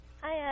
Hi